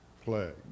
plague